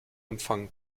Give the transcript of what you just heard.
empfang